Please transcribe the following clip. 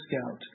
scout